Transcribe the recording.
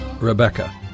Rebecca